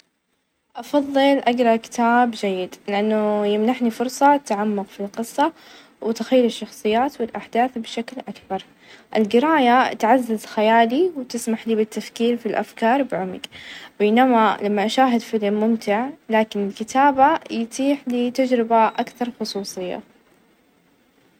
أفظل إني أكون أكثر ذكاء؛ لإن الذكاء يمنحني القدرة على التفكير النقدي، وحل المشكلات، ويساعدني على تحقيق أهدافي بطرق مبتكرة، الشهرة قد تكون جذابة لكنها ليست بالظرورية يعني تعني النجاح أو السعادة ، الذكاء يفتح لي أبواب الفرص في مختلف مجالات الحياة.